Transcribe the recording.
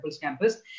campus